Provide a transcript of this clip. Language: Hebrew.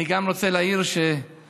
אני גם רוצה להעיר שכמובן,